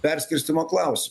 perskirstymo klaus